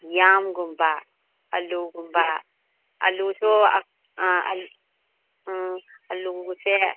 ꯌꯥꯝꯒꯨꯝꯕ ꯑꯂꯨꯒꯨꯝꯕ ꯑꯂꯨꯁꯨ ꯑꯥ ꯎꯝ ꯑꯂꯨꯁꯦ